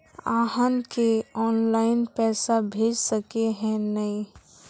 आहाँ के ऑनलाइन पैसा भेज सके है नय?